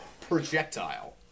projectile